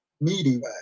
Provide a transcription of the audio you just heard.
meeting